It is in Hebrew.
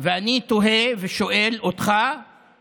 ואני חושב שאפילו משהו